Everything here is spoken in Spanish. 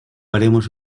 haremos